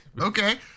Okay